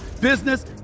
business